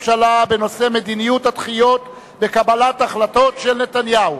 בנושא מדיניות הדחיות בקבלת החלטות של נתניהו.